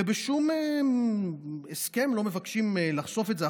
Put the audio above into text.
ובשום הסכם לא מבקשים לחשוף את זה.